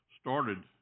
started